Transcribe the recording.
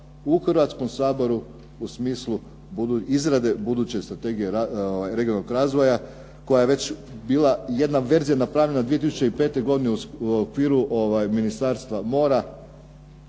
u Hrvatskom saboru u smislu izrade buduće strategije regionalnog razvoja koja već bila jedna verzija napravljena 2005. godine u okviru Ministarstva mora